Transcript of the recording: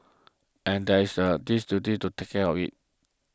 and there is a this duty to take care of it